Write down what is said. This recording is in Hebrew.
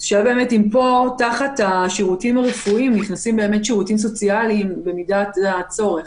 עולה השאלה האם בסעיף הזה נכנסים גם שירותים סוציאליים במידת הצורך.